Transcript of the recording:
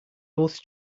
both